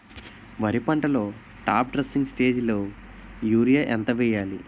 వరి పంటలో top dressing స్టేజిలో యూరియా ఎంత వెయ్యాలి?